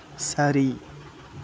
சரி